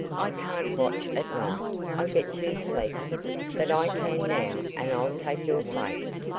i can't watch at night i get too sleepy but i can now, and i'll take your place.